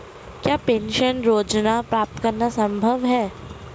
क्या पेंशन योजना प्राप्त करना संभव है?